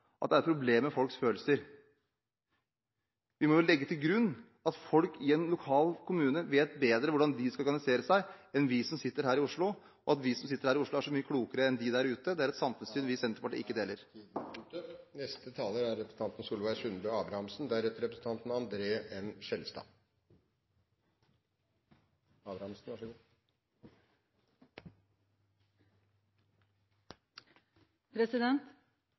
at folks følelser er et problem. Vi må jo legge til grunn at folk i en lokal kommune vet bedre hvordan de skal organisere seg enn vi som sitter her i Oslo. At vi som sitter her i Oslo, er så mye klokere enn de der ute, er et samfunnssyn vi i Senterpartiet ikke deler.